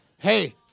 Hey